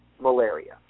malaria